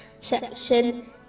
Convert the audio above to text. section